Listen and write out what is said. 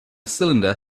cylinder